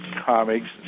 comics